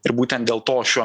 ir būtent dėl to šiuo